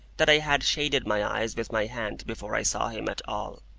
that i had shaded my eyes with my hand before i saw him at all.